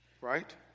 right